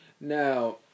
Now